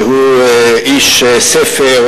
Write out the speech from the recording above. שהוא איש ספר,